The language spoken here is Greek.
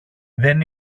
δεν